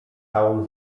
całą